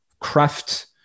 Craft